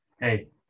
hey